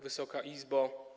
Wysoka Izbo!